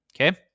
Okay